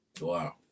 Wow